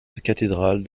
cathédrale